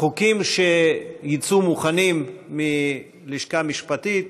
חוקים שיצאו מוכנים מהלשכה המשפטית